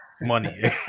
money